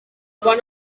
one